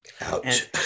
Ouch